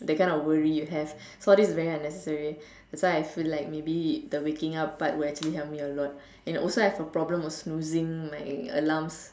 that kind of worry you have so all this is very unnecessary that's why I feel like maybe the waking up part will help me a lot and also I have a problem of snoozing my alarms